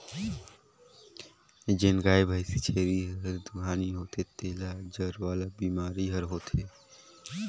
जेन गाय, भइसी, छेरी हर दुहानी होथे तेला जर वाला बेमारी हर होथे